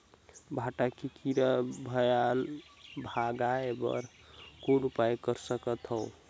भांटा के कीरा भगाय बर कौन उपाय कर सकथव?